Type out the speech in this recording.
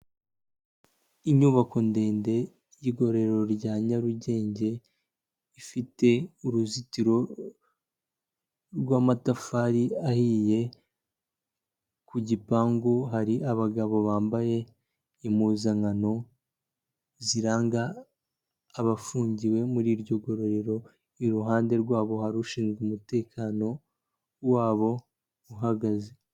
Inyubako ndende y'igororero rya Nyarugenge ifite uruzitiro rw'amatafari ahiye, ku gipangu hari abagabo bambaye impuzankano ziranga abafungiwe muri iryo gororero, iruhande rwabo hari ushinzwe umutekano wabo uhagaze.